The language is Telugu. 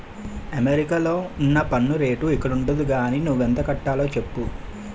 అమెరికాలో ఉన్న పన్ను రేటు ఇక్కడుండదు గానీ నువ్వెంత కట్టాలో చెప్పు